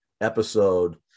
episode